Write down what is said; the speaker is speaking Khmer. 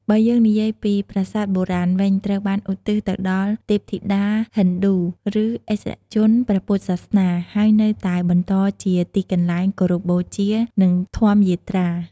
បើយើងនិយាយពីប្រាសាទបុរាណវិញ ត្រូវបានឧទ្ទិសទៅដល់ទេពធីតាហិណ្ឌូ ឬឥស្សរជនព្រះពុទ្ធសាសនា ហើយនៅតែបន្តជាទីកន្លែងគោរពបូជា និងធម្មយាត្រា។